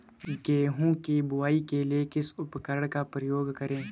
गेहूँ की बुवाई के लिए किस उपकरण का उपयोग करें?